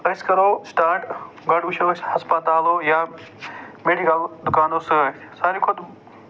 أسۍ کرو سِٹارٹ گوڈٕ وُچھو أسۍ ہَسپَتالَو یا میڈِکَل دُکانَو سۭتۍ سارِوٕے کھۅتہٕ